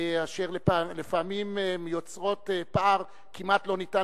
אשר לפעמים הן יוצרות פער כמעט לא ניתן